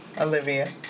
Olivia